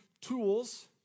tools